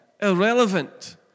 irrelevant